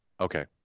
Okay